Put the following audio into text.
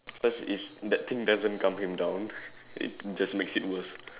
cause if that thing doesn't calm him down it just makes it worse